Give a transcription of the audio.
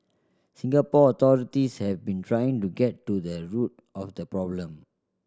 Singapore authorities have been trying to get to the root of the problem